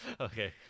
Okay